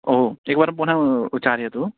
ओ एकवारं पुनः उच्चारयतु